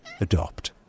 Adopt